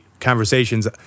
conversations